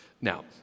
Now